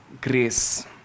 grace